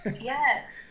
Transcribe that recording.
yes